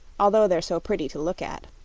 although they're so pretty to look at.